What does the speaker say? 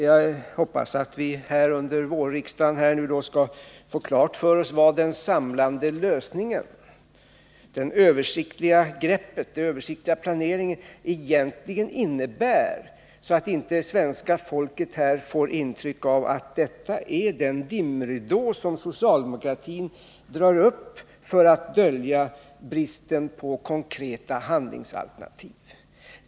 Jag hoppas att vi under våren skall få klart för oss vad den samlande lösningen —den översiktliga planeringen — egentligen innebär, så att inte svenska folket får intryck av att detta är den dimridå som socialdemokratin lägger ut för att dölja bristen på konkreta handlingsalternativ.